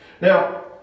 Now